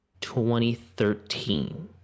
2013